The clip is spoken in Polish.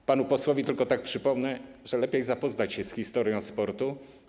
A panu posłowi tylko przypomnę, że lepiej zapoznać się z historią sportu.